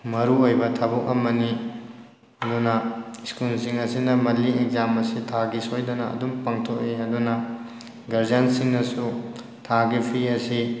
ꯃꯔꯨ ꯑꯣꯏꯕ ꯊꯕꯛ ꯑꯃꯅꯤ ꯑꯗꯨꯅ ꯁ꯭ꯀꯨꯜꯁꯤꯡ ꯑꯁꯤꯅ ꯃꯜꯂꯤ ꯑꯦꯛꯖꯥꯝ ꯑꯁꯤ ꯊꯥꯒꯤ ꯁꯣꯏꯗꯅ ꯑꯗꯨꯝ ꯄꯥꯡꯊꯣꯛꯑꯦ ꯑꯗꯨꯅ ꯒꯥꯔꯖꯤꯌꯥꯟꯁꯤꯡꯅꯁꯨ ꯊꯥꯒꯤ ꯐꯤ ꯑꯁꯤ